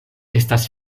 estas